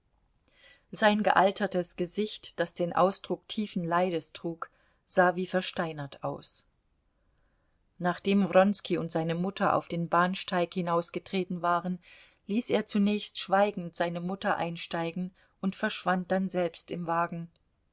sein gealtertes gesicht das den ausdruck tiefen leides trug sah wie versteinert aus nachdem wronski und seine mutter auf den bahnsteig hinausgetreten waren ließ er zuerst schweigend seine mutter einsteigen und verschwand dann selbst im wagen